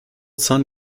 son